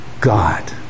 God